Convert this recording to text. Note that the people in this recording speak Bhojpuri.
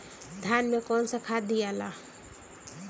धान मे कौन सा खाद दियाला?